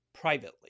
privately